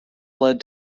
led